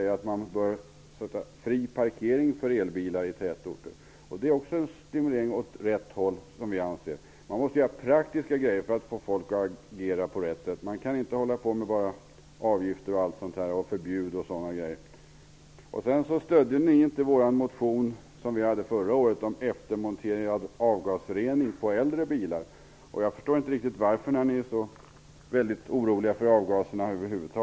Elbilar bör få fri parkering i tätorter. Det är också en stimulans åt rätt håll. Man måste vidta praktiska åtgärder för att få folk att agera på rätt sätt. Man kan inte bara hålla på med avgifter och förbud. Ni stödde inte vår motion som vi väckte förra året om eftermontering av avgasrening på äldre bilar. Jag förstår inte riktigt varför när ni är så väldigt oroliga för avgaserna.